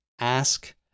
ask